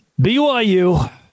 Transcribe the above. BYU